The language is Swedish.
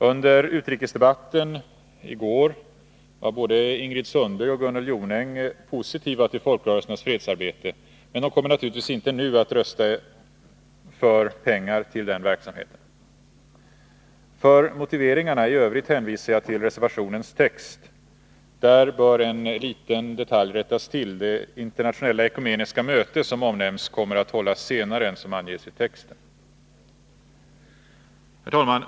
Under utrikesdebatten i går var både Ingrid Sundberg och Gunnel Jonäng positiva till folkrörelsernas fredsarbete, men de kommer naturligtvis inte nu att rösta för pengar till den verksamheten. För motiveringarna i övrigt hänvisar jag till reservationens text. Där bör en liten detalj rättas till. Det internationella ekumeniska möte som omnämns kommer att hållas senare än som anges i texten. Herr talman!